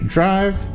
Drive